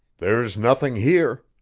there's nothing here.